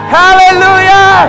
hallelujah